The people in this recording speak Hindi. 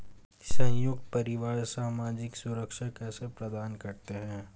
संयुक्त परिवार सामाजिक सुरक्षा कैसे प्रदान करते हैं?